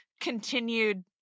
continued